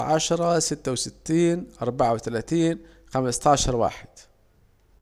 عشره ستة وستين اربعة وتلاتين خمستاشر واحد